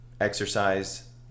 exercise